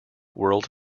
world